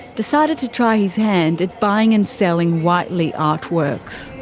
decided to try his hand at buying and selling whiteley artworks.